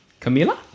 Camila